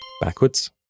Backwards